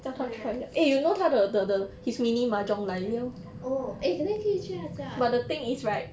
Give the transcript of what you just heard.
why ah orh eh then 可以去他家 eh